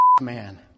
man